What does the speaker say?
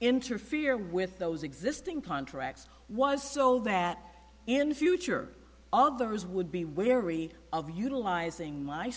interfere with those existing contracts was so that in the future others would be wary of utilizing my